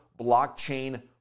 blockchain